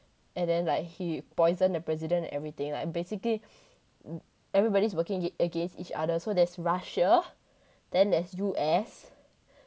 and then like he poison the president and everything like basically everybody's working against each other so there's Russia then there's U_S